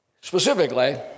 specifically